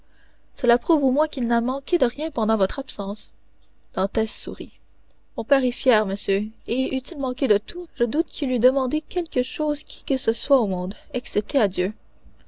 cela prouve au moins qu'il n'a manqué de rien pendant votre absence dantès sourit mon père est fier monsieur et eût-il manqué de tout je doute qu'il eût demandé quelque chose à qui que ce soit au monde excepté à dieu